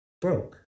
broke